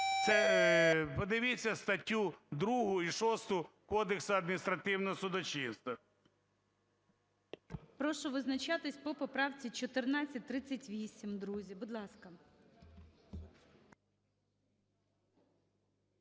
Подивіться статтю 2 і 6 Кодексу адміністративного судочинства.